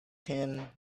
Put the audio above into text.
thin